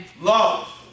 Love